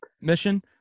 mission